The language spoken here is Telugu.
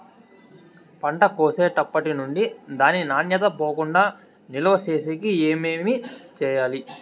పంట కోసేటప్పటినుండి దాని నాణ్యత పోకుండా నిలువ సేసేకి ఏమేమి చేయాలి?